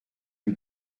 lui